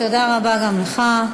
תודה רבה גם לך.